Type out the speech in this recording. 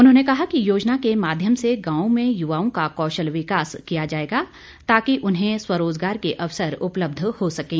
उन्होंने कहा कि योजना के माध्यम से गांव में युवाओं का कौशल विकास किया जाएगा ताकि उन्हें स्वरोजगार के अवसर उपलब्ध हो सकें